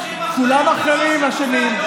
כולם אחראים ואשמים.